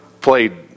played